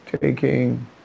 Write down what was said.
taking